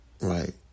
Right